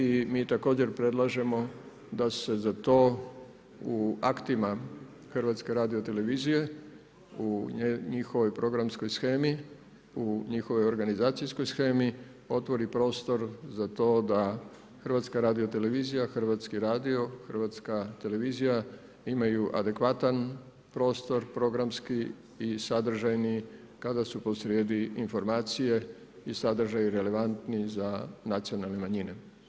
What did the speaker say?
I mi također predlažemo, da se za to u aktima HRT-a u njihovoj programskoj shemi, u njihovoj organizacijskoj shemi, otvori prostor za to da HRT, hrvatski radio, hrvatska televizija, imaju adekvatan prostor programski i sadržajni kada su posrijedi informacije i sadržaji relevantni za nacionalne manjine.